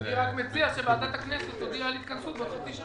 הודיעו אנשי משרד האוצר שהם מעברים 56